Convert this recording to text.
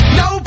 no